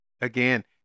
Again